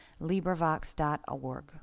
LibriVox.org